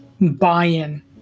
buy-in